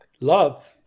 Love